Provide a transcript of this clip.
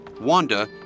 Wanda